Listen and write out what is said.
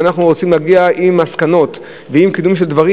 אם אנחנו רוצים להגיע למסקנות ולקידום של דברים.